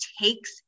takes